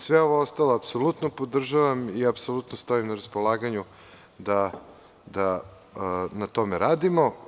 Sve ostalo apsolutno podržavam i apsolutno stojim na raspolaganju da na tome radimo.